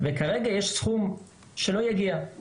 אלא שכרגע יש בו סכום שלא יגיע.